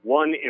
one